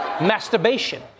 masturbation